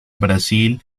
brasil